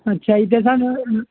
ਅੱਛਾ ਜੀ ਅਤੇ ਸਾਨੂੰ